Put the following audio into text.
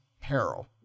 Peril